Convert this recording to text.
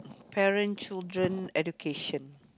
parent children education